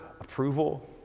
approval